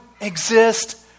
exist